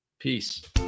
Peace